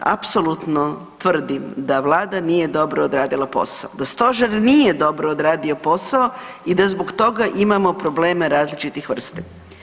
Apsolutno tvrdim da Vlada nije dobro odradila posao, da Stožer nije dobro odradio posao i da zbog toga imamo probleme različitih vrsta.